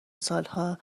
سالها